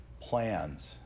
plans